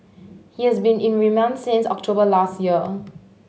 he has been in remand since October last year